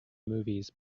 movies